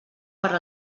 per